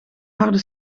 harde